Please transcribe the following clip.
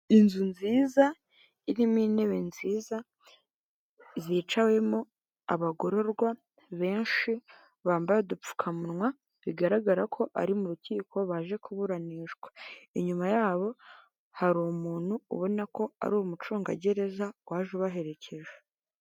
Inzu nziza irimo intebe nziza zicawemo abagororwa benshi bambaye udupfukamunwa, bigaragara ko ari mu rukiko baje kuburanishwa. Inyuma yabo hari umuntu ubona ko ari umucungagereza waje ubaherekeje.